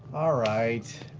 ah right.